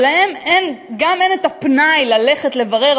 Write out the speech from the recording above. שלהם גם אין הפנאי ללכת לברר,